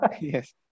Yes